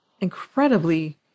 incredibly